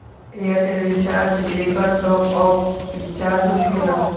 Airtel recharge एकर top off recharge होकेला?